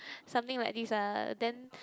something like this lah then